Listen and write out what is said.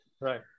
right